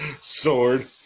sword